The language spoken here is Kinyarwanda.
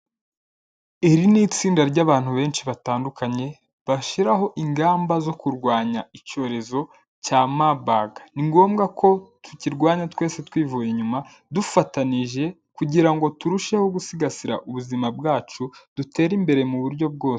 Iri ni itsinda ry'abantu benshi batandukanye, bashyiraho ingamba zo kurwanya icyorezo cya mabaga. Ni ngombwa ko tukirwanya twese twivuye inyuma, dufatanije, kugira ngo turusheho gusigasira ubuzima bwacu, dutere imbere mu buryo bwose.